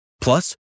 Plus